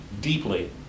deeply